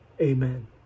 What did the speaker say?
Amen